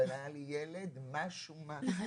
אבל היה לי ילד משהו משהו.